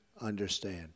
understand